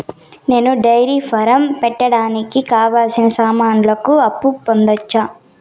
నేను dairy farm పెట్టడానికి కావాల్సిన సామాన్లకు అప్పు పొందొచ్చా?